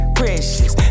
precious